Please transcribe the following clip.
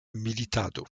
militado